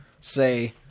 say